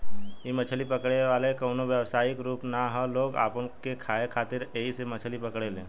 इ मछली पकड़े के कवनो व्यवसायिक रूप ना ह लोग अपना के खाए खातिर ऐइसे मछली पकड़े ले